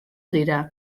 dira